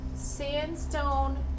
Sandstone